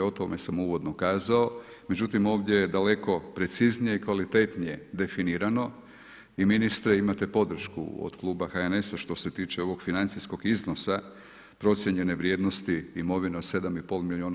O tome sam uvodno kazao, međutim, ovdje je daleko preciznije i kvalitetnije definirano i ministre imate podršku od Kluba HNS-a što se tiče ovog financijskog iznosa procijenjene vrijednosti imovine od 7,5 miliona.